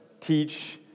teach